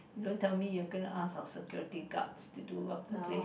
you don't tell me you are gonna ask our security guards to do up the place